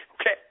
okay